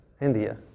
India